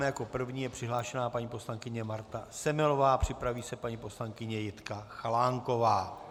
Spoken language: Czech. Jako první je přihlášena paní poslankyně Marta Semelová, připraví se paní poslankyně Jitka Chalánková.